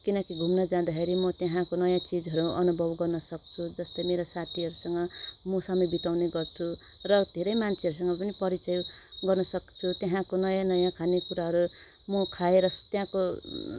किनकि घुम्न जाँदाखेरि म त्यहाँको नयाँ चिजहरू अनुभव गर्न सक्छु जस्तै मेरो साथीहरूसँग म समय बिताउने गर्छु र धेरै मान्छेहरूसँग पनि परिचय गर्न सक्छु त्यहाँको नयाँ नयाँ खानेकुराहरू म खाएर त्यहाँको